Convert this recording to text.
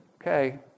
Okay